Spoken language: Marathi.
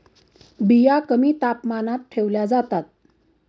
बिया कमी तापमानात ठेवल्या जातात